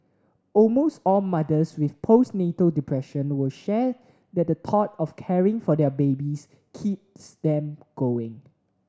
almost all mothers with postnatal depression will share that the thought of caring for their babies keeps them going